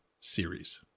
series